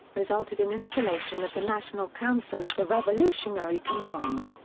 resulted in installation of the national council of the revolutionary command,